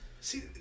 see